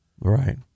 Right